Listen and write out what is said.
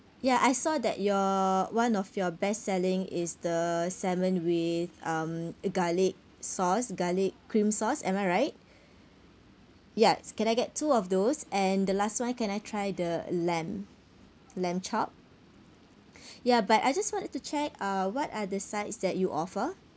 ya I saw that your one of your best selling is the salmon with um garlic sauce garlic cream sauce am I right ya can I get two of those and the last [one] can I try the lamb lamb chop ya but I just wanted to check uh what are the sides that you offer